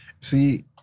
See